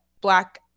black